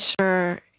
sure